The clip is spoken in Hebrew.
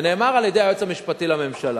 ונאמר על-ידי היועץ המשפטי לממשלה,